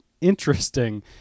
interesting